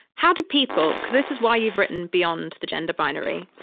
how do people because this is why you've written beyond the gender binary.